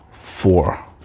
Four